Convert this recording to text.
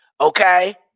Okay